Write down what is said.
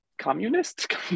communist